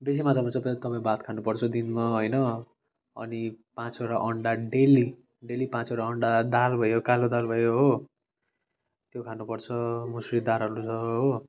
बेसी मात्रामा चाहिँ तपाईँ भात खानुपर्छ दिनमा होइन अनि पाँचवटा अन्डा डेली डेली पाँचवडा अन्डा दाल भयो कालो दाल भयो हो त्यो खानुपर्छ मसुरी दालहरू होइन हो